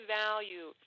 value